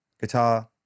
guitar